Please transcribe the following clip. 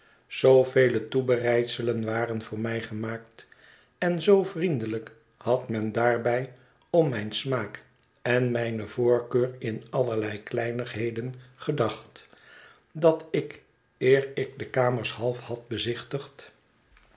zoovele toebereidselen waren voor mij gemaakt en zoo vriendelijk had men daarbij om mijn smaak en mij ne voorkeur in allerlei kleinighe den gedacht dat ik eer ik de kamers half had bezichtigd